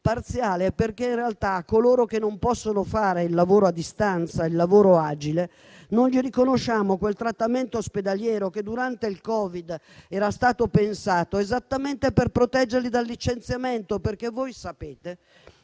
parziale perché in realtà a coloro che non possono fare il lavoro a distanza (il lavoro agile) non riconosciamo quel trattamento ospedaliero che durante il Covid era stato pensato esattamente per proteggerli dal licenziamento. Voi sapete che